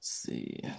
see